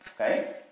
okay